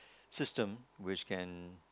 system which can